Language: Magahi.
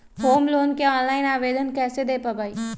होम लोन के ऑनलाइन आवेदन कैसे दें पवई?